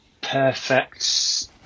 perfect